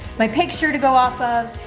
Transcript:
my picture to go off of.